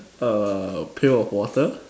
a pail of water